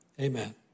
Amen